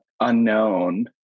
unknown